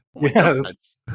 Yes